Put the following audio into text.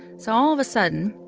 so all of a sudden,